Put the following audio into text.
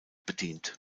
bedient